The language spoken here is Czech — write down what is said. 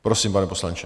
Prosím, pane poslanče.